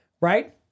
right